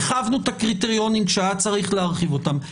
הרחבנו את הקריטריונים כשהיה צריך להרחיב אותם.